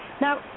Now